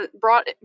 brought